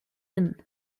inn